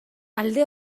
alde